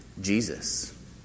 Jesus